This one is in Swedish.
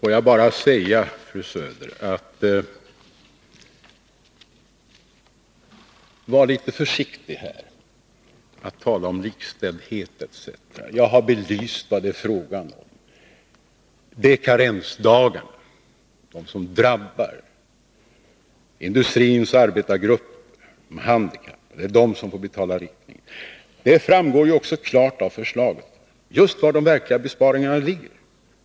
Får jag bara säga fru Söder: Var litet försiktig när det gäller att tala om likställdhet! Jag har belyst vad det är fråga om. Karensdagarna drabbar främst industriarbetargrupper och de handikappade — det är de som får betala räkningen. Det framgår också klart av förslaget var de verkliga besparingarna ligger.